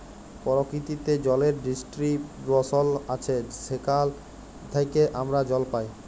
পরকিতিতে জলের ডিস্টিরিবশল আছে যেখাল থ্যাইকে আমরা জল পাই